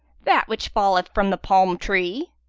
that which falleth from the palm tree.